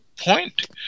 point